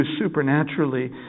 supernaturally